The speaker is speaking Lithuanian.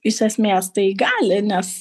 iš esmės tai gali nes